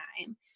time